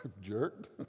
Jerk